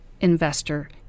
investor